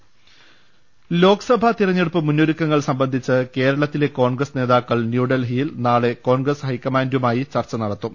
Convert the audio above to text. ലലലലലലലലലലലല ലോക്സഭാ തെരഞ്ഞെടുപ്പ് മുന്നൊരുക്കങ്ങൾ സംബ ന്ധിച്ച് കേരളത്തിലെ കോൺഗ്രസ് നേതാക്കൾ ന്യൂഡൽഹിയിൽ നാളെ കോൺഗ്രസ് ഹൈക്കമാൻഡു മായി ചർച്ച നടത്തും